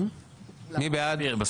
מי בעד?